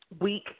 week